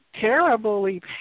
terribly